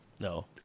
No